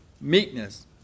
meekness